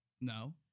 No